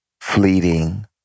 fleeting